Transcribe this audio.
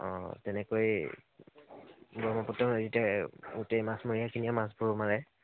অঁ তেনেকৈ ব্ৰহ্মপুত্ৰ নদীতে গোটেই মাছমৰীয়াখিনিয়ে মাছবোৰ মাৰে